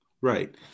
right